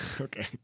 Okay